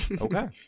Okay